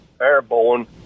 Airborne